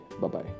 Bye-bye